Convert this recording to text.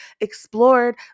explored